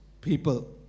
people